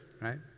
right